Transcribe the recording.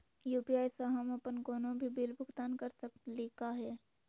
UPI स हम अप्पन कोनो भी बिल भुगतान कर सकली का हे?